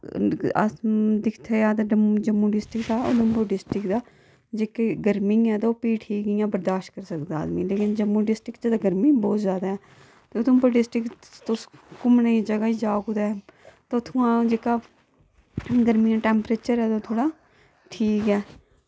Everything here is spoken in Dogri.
अस दिक्खेआ जा ते जम्मू जम्मू डिस्ट्रिक्ट दा उधमपुर डिस्ट्रिक्ट दा जेह्की गर्मी ऐ ते ओ फ्ही ठीक इ'यां बर्दाश्त करी सकदा आदमी लेकिन जम्मू डिस्ट्रिक्ट च ते गर्मी बहुत ज्यादा ऐ ते उधमपुर डिस्ट्रिक्ट च तुस घुम्मनेई जगह जाओ कुतै ते उत्थुआं जेह्का गर्मी दा टेम्परेचर ऐ ते थोह्ड़ा ठीक ऐ